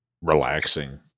relaxing